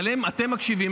אבל אתם מקשיבים.